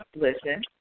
listen